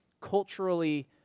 culturally